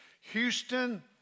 Houston